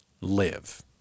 live